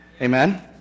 Amen